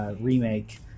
Remake